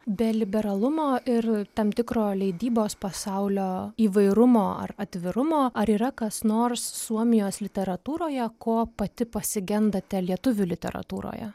be liberalumo ir tam tikro leidybos pasaulio įvairumo ar atvirumo ar yra kas nors suomijos literatūroje ko pati pasigendate lietuvių literatūroje